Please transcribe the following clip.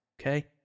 Okay